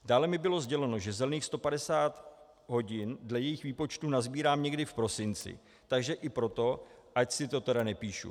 Dále mi bylo sděleno, že zelených 150 hodin dle jejich výpočtu nasbírám někdy v prosinci, takže i proto ať si to tedy nepíšu.